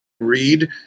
read